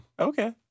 Okay